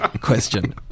question